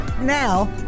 Now